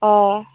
অঁ